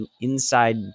inside